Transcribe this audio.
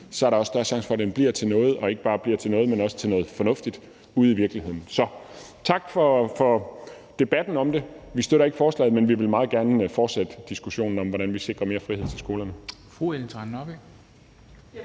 er der også større chance for, at det bliver til noget – og ikke bare bliver til noget, men også til noget fornuftigt ude i virkeligheden. Så tak for debatten om det. Vi støtter ikke forslaget, men vi vil meget gerne fortsætte diskussionen om, hvordan vi sikrer mere frihed til skolerne.